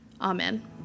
Amen